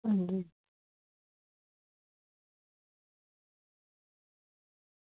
अंजी